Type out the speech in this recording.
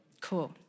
Cool